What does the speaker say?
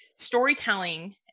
storytelling